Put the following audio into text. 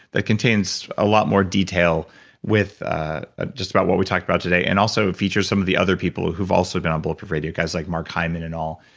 that contains a lot more detail with. ah ah just about what we talked about today. and also, it features some of the other people who've also been on bulletproof radio, guys like mark hyman and all.